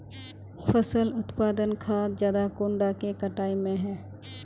फसल उत्पादन खाद ज्यादा कुंडा के कटाई में है?